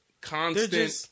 constant